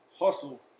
hustle